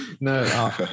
No